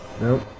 Nope